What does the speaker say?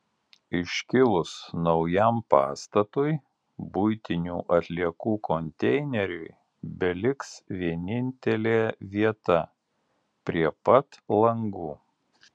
iškilus naujam pastatui buitinių atliekų konteineriui beliks vienintelė vieta prie pat langų